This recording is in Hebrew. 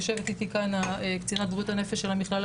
יושבת איתי כאן קצינת בריאות הנפש של המכללה.